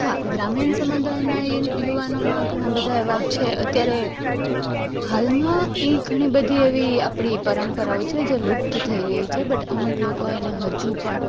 હા ગ્રામીણ સમુદાયના યુવાનોમાં ઘણા બધા એવા અત્યારે હાલમાં એ ઘણી બધી એવી આપણી પરંપરાઓ છે જે લુપ્ત થઈ રહી છે બટ અમુક લોકો એને હજુ પણ